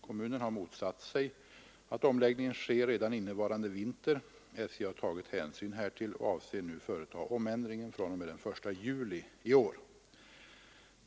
Kommunen har motsatt sig att omläggningen sker redan innevarande vinter. SJ har tagit hänsyn härtill och avser nu företa omändringen fr.o.m. den 1 juli i år.